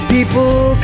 People